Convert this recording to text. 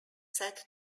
said